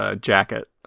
jacket